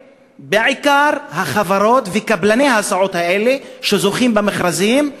בעיקר אחרי החברות וקבלני ההסעות האלה שזוכים במכרזים,